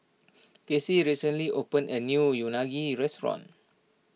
Cassie recently opened a new Unagi restaurant